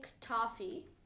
toffee